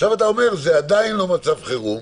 עכשיו אתה אומר, זה עדיין לא מצב חירום,